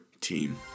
team